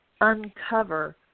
uncover